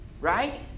right